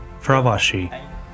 fravashi